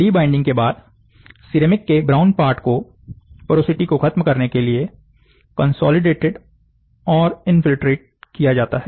debinding के बाद ceramic के ब्राउन पार्ट की पोरोसिटी को कम करने के लिए कंसोलिडेटेड और इनफील्ट्रेट किया जाता है